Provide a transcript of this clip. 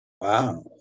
wow